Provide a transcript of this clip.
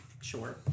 Sure